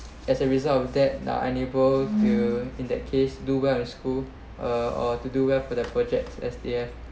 as a result of that are unable to in that case do well in school uh or to do well for their projects as they have